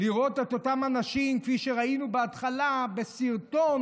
לראות את אותם אנשים, כפי שראינו בהתחלה בסרטון,